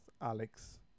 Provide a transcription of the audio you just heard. Alex